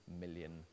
million